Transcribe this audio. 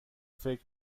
فکر